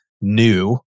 new